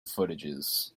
footages